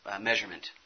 measurement